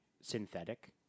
synthetic